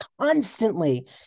Constantly